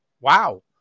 wow